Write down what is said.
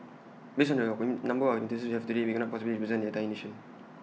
based on the number of enthusiasts we have today we cannot possibly represent the entire nation